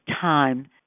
time